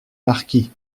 marquis